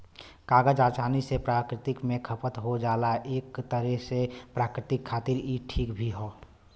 कागज आसानी से प्रकृति में खतम हो जाला एक तरे से प्रकृति खातिर इ ठीक भी हौ